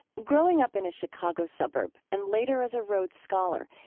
growing up in a chicago suburb and later as a rhodes scholar,